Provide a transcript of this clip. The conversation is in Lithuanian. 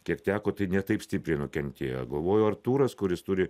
kiek teko tai ne taip stipriai nukentėjo galvoju artūras kuris turi